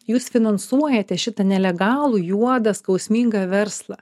jūs finansuojate šitą nelegalų juodą skausmingą verslą